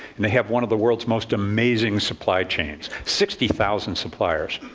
and they have one of the world's most amazing supply chains, sixty thousand suppliers.